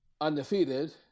Undefeated